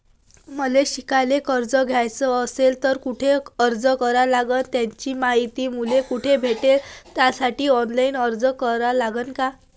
मले शिकायले कर्ज घ्याच असन तर कुठ अर्ज करा लागन त्याची मायती मले कुठी भेटन त्यासाठी ऑनलाईन अर्ज करा लागन का?